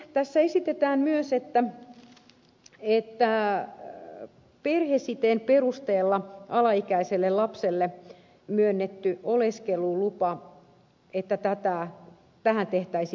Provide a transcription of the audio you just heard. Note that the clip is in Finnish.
tässä esitetään myös että perhesiteen perusteella alaikäiselle lapselle myönnettyyn oleskelulupaan tehtäisiin muutoksia